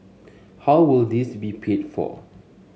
how would this be paid for